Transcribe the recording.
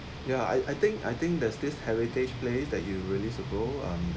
ya I I think I think there's this heritage place that you release to go um